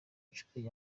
nshuro